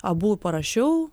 abu parašiau